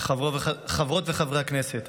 חברות וחברי הכנסת,